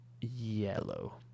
yellow